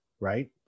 Right